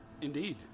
Indeed